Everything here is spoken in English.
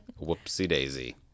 Whoopsie-daisy